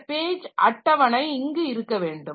இந்த பேஜ் அட்டவணை இங்கு இருக்க வேண்டும்